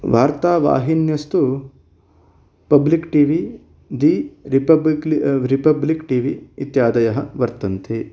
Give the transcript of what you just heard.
वार्ता वाहिन्यस्तु Public TV the Republic TV इत्यादयः वर्तन्ते